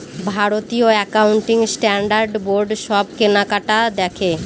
ভারতীয় accounting standard board সব কেনাকাটি দেখে